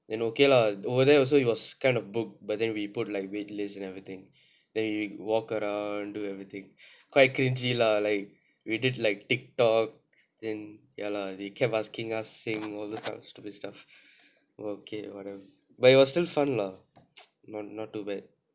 then okay lah then over there also it was kind of book but then we put like waitlist and everything then we walk around do everything quite cringey lah like we did like TikTok then ya lah they kept asking us sing all those kind of stupid stuff okay whatever but it was still fun lah not not too bad